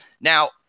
Now